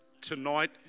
tonight